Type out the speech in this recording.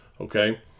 Okay